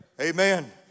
Amen